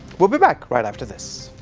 we'll be back right after this.